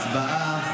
הצבעה.